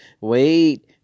Wait